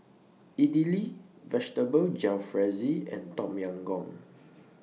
Idili Vegetable Jalfrezi and Tom Yam Goong